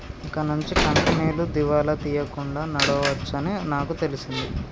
ఇకనుంచి కంపెనీలు దివాలా తీయకుండా నడవవచ్చని నాకు తెలిసింది